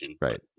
Right